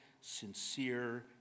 sincere